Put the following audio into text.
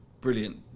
brilliant